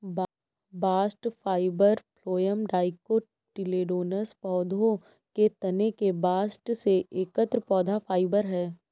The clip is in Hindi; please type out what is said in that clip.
बास्ट फाइबर फ्लोएम डाइकोटिलेडोनस पौधों के तने के बास्ट से एकत्र पौधा फाइबर है